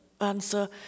answer